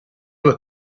were